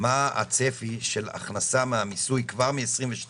מה הצפי של הכנסה מהמיסוי כבר מ-2022